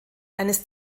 eines